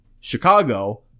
Chicago